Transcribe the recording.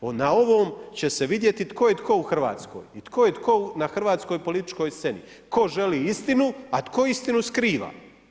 Na ovome će se vidjeti tko je tko u Hrvatskoj i tko je tko na hrvatskoj političkoj sceni, tko želi istinu, a tko istinu skriva.